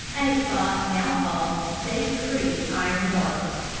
at a spot now called state creek iron works.